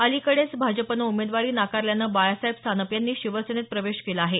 अलीकडेचं भाजपाने उमेदवारी नाकारल्यानं बाळासाहेब सानप यांनी शिवसेनेत प्रवेश केला आहे